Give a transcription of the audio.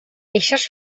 eixes